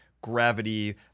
gravity